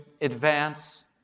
advance